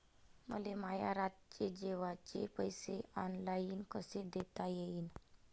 मले माया रातचे जेवाचे पैसे ऑनलाईन कसे देता येईन?